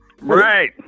right